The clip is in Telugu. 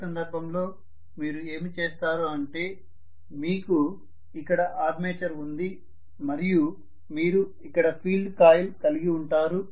ఈ సందర్భంలో మీరు ఏమి చేస్తారు అంటే మీకు ఇక్కడ ఆర్మేచర్ ఉంది మరియు మీరు ఇక్కడ ఫీల్డ్ కాయిల్ కలిగి ఉంటారు